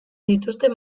dituzte